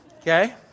Okay